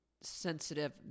sensitive